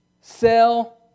Sell